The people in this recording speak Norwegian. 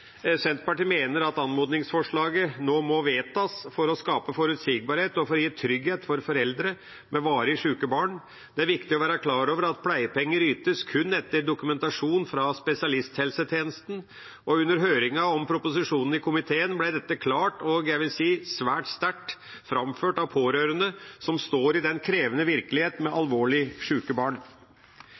Senterpartiet mener at anmodningsforslaget nå må vedtas for å skape forutsigbarhet og for å gi trygghet for foreldre med varig syke barn. Det er viktig å være klar over at pleiepenger ytes kun etter dokumentasjon fra spesialisthelsetjenesten, og under høringen om proposisjonen i komiteen ble dette klart, og jeg vil si svært sterkt, framført av pårørende som står i en krevende virkelighet med alvorlig syke barn.